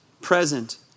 present